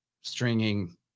stringing